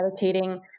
meditating